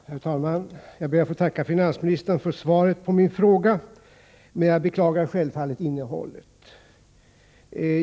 Herr talman! Jag ber att få tacka finansministern för svaret på min fråga, men jag beklagar självfallet innehållet.